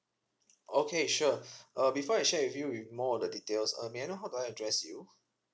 okay sure uh before I share with you with more of the details uh may I know how do I address you